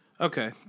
Okay